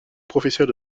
professeur